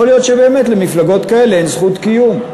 יכול להיות שבאמת למפלגות כאלה אין זכות קיום,